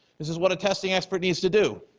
this is what a testing expert needs to do.